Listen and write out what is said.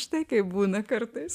štai kaip būna kartais